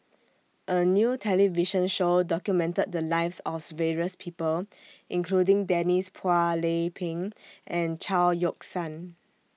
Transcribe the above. A New television Show documented The Lives of various People including Denise Phua Lay Peng and Chao Yoke San